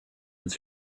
its